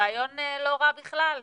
רעיון לא רע בכלל.